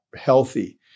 healthy